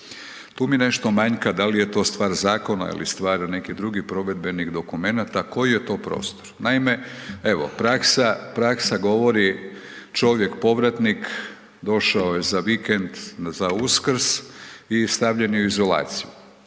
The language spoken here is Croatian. Tu mi nešto manjka, da li je to stvar zakona ili stvar nekih drugih provedbenih dokumenata, koji je to prostor? Naime, evo praksa govori čovjek povratnik došao je za vikend za Uskrs i stavljen je u izolaciju.